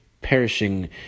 perishing